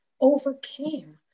overcame